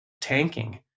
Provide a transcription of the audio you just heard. tanking